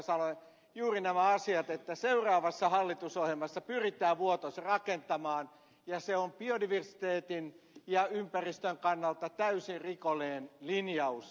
salolainen juuri nämä asiat että seuraavassa hallitusohjelmassa pyritään vuotos rakentamaan ja se on biodiversiteetin ja ympäristön kannalta täysin rikollinen linjaus